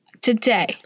today